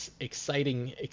exciting